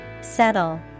Settle